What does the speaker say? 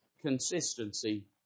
consistency